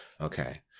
Okay